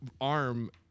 arm